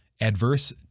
adverse